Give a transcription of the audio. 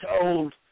told